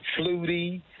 Flutie